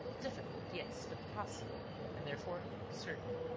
difficult, yes, but possible and, therefore, certain.